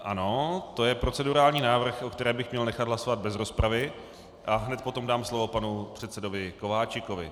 Ano, to je procedurální návrh, o kterém bych měl nechat hlasovat bez rozpravy a hned potom dám slovo panu předsedovi Kováčikovi.